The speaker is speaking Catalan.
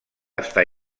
estar